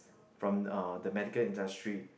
from uh the medical industry